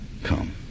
come